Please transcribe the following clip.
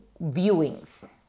viewings